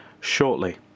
shortly